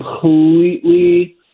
completely